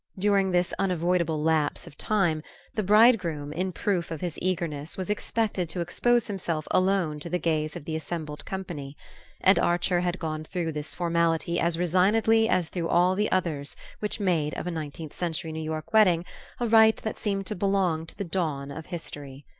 during this unavoidable lapse of time the bridegroom, in proof of his eagerness, was expected to expose himself alone to the gaze of the assembled company and archer had gone through this formality as resignedly as through all the others which made of a nineteenth century new york wedding a rite that seemed to belong to the dawn of history.